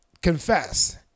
confess